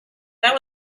that